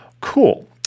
Cool